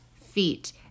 feet